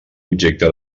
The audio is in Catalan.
objecte